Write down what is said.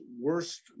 worst